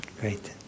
Great